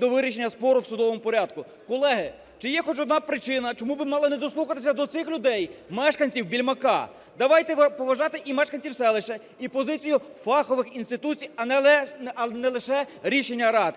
до вирішення спору в судовому порядку". Колеги, чи є хоч одна причина, чому б ми мали не дослухатися до цих людей, мешканців Більмака? Давайте поважати і мешканців селища, і позицію фахових інституцій, а не лише рішення рад.